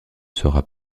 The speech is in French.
sera